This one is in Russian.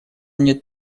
нет